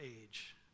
age